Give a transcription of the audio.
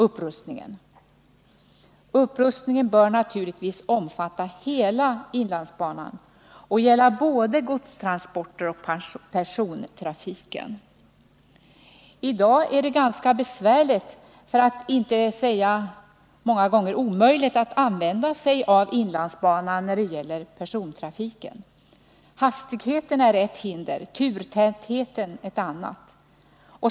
Upprustningen bör naturligtvis omfatta hela inlandsbanan och gälla både godstransporterna och persontrafiken. I dag är det ganska besvärligt, för att inte säga många gånger omöjligt, att använda sig av inlandsbanan för persontrafik. Hastigheten är ett hinder, turtätheten ett annat.